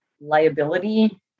liability